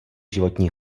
životní